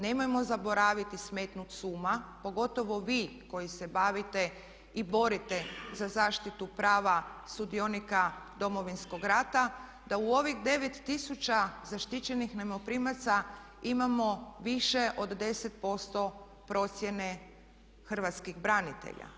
Nemojmo zaboraviti i smetnuti s uma, pogotovo vi koji se bavite i borite za zaštitu prava sudionika Domovinskog rata, da u ovih 9000 zaštićenih najmoprimaca imamo više od 10% procjene hrvatskih branitelja.